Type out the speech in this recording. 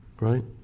right